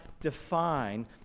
define